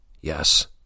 Yes